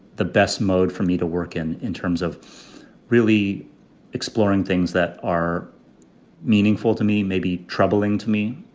the best mode for me to work in in terms of really exploring things that are meaningful to me, maybe troubling to me.